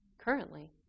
currently